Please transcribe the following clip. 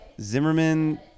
Zimmerman